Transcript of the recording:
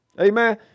Amen